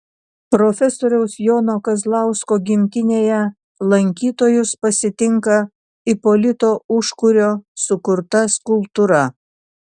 profesoriaus jono kazlausko gimtinėje lankytojus pasitinka ipolito užkurio sukurta skulptūra